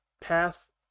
path